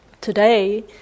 Today